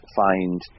find